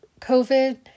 covid